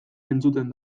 entzuten